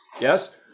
yes